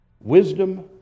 wisdom